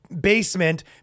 basement